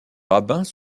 rabbins